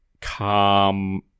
calm